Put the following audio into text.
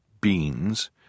beans